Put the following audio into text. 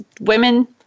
women